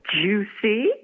juicy